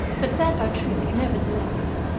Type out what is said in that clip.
but that are true, nevertheless.